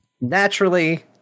naturally